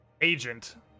agent